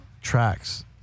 tracks